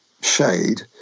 shade